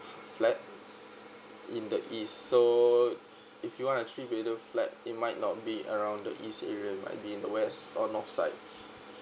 flat in the east so if you want a three bedroom flat it might not be around the east area might be in the west or north side